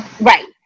Right